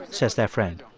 says their friend,